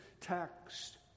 text